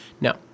No